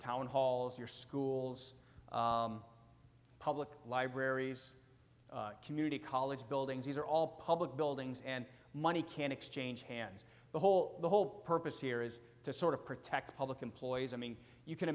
town halls your schools public libraries community college buildings these are all public buildings and money can exchange hands the whole the whole purpose here is to sort of protect the public employees i mean you can